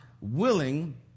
willing